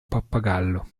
pappagallo